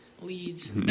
leads